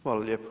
Hvala lijepo.